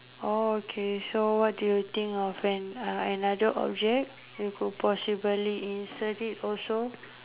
oh okay so what do you think of an uh another object you could possibly insert it also